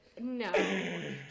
no